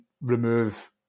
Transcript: remove